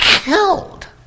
killed